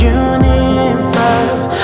universe